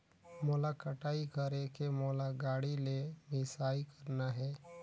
मोला कटाई करेके मोला गाड़ी ले मिसाई करना हे?